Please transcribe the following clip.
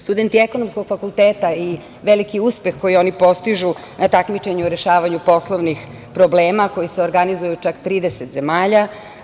Studenti ekonomskog fakulteta i veliki uspeh koji oni postižu na takmičenju u rešavanju poslovnih problema koji se organizuje u čak 30 zemalja.